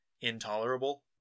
intolerable